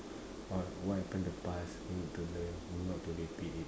uh what happen in the past we need to learn not to repeat it